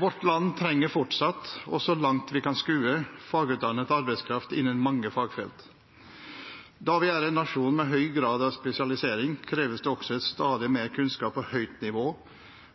Vårt land trenger fortsatt – og så langt vi kan skue – fagutdannet arbeidskraft innen mange fagfelt. Da vi er en nasjon med høy grad av spesialisering, kreves det også stadig mer kunnskap på høyt nivå